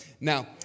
Now